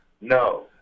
No